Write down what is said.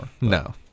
no